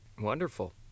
wonderful